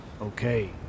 Okay